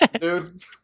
Dude